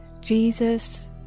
Jesus